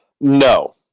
No